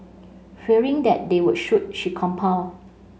fearing that they would shoot she compile